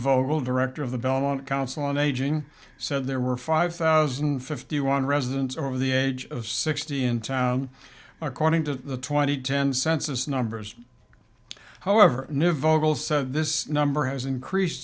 vogel director of the belmont council on aging said there were five thousand fifty one residents over the age of sixty in town according to the twenty ten census numbers however new vogel said this number has increased